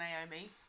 Naomi